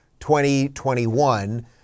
2021